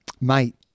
Mate